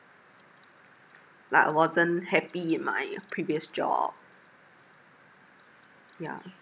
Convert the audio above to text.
like I wasn't happy in my previous job yeah